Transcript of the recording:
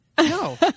No